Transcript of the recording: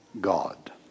God